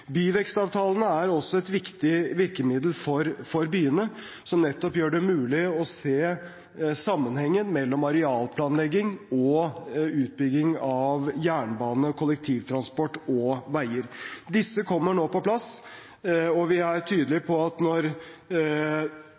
Byvekstavtalene er også et viktig virkemiddel for byene som nettopp gjør det mulig å se sammenhengen mellom arealplanlegging og utbygging av jernbane og kollektivtransport og veier. Disse kommer nå på plass, og vi er tydelige på at når